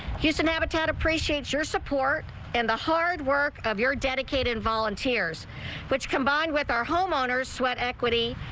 houston habitat appreciate your support and the hard work of your dedicated volunteers which combined with our homeowners sweat equity,